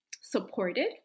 supported